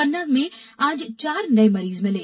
पन्ना में आज चार नये मरीज मिले